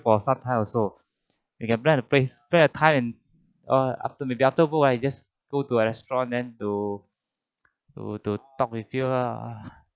for sometime also you can plan a place plan a time and ah after maybe after work ah we just go to a restaurant and to to to talk with you lah